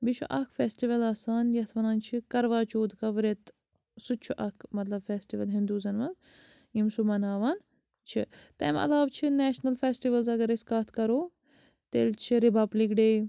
بیٚیہِ چھُ اَکھ فیٚسٹِول آسان یَتھ وَنان چھِ کَرواچوتھ کا ورٛت سُہ تہِ چھُ اَکھ مطلب فیٚسٹِول ہِنٛدوٗزَن منٛز یِم سُہ مَناوان چھِ تَمہِ علاوٕ چھِ نیشنَل فیٚسٹِوَلٕز اگر أسۍ کَتھ کَرو تیٚلہِ چھِ رِپبلِک ڈے